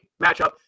matchup